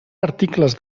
articles